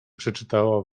przeczytała